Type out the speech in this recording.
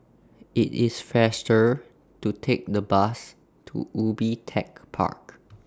IT IS faster to Take The Bus to Ubi Tech Park